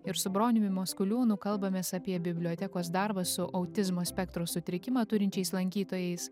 ir su broniumi maskuliūnu kalbamės apie bibliotekos darbą su autizmo spektro sutrikimą turinčiais lankytojais